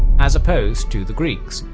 as opposed to the greeks,